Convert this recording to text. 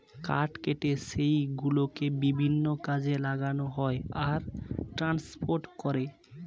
কাঠ কেটে সেই গুলোকে বিভিন্ন কাজে লাগানো হয় আর ট্রান্সপোর্ট করে